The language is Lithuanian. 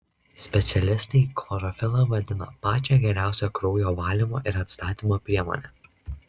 specialistai chlorofilą vadina pačia geriausia kraujo valymo ir atstatymo priemone